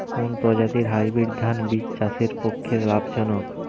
কোন প্রজাতীর হাইব্রিড ধান বীজ চাষের পক্ষে লাভজনক?